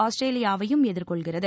ஆஸ்திரேலியாவையும் எதிர்கொள்கிறது